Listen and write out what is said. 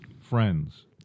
friends